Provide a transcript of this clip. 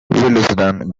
willesden